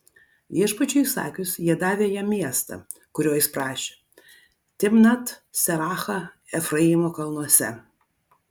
viešpačiui įsakius jie davė jam miestą kurio jis prašė timnat serachą efraimo kalnuose